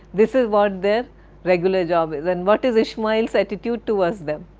this is what their regular job is. and what is ishmael's attitude towards them?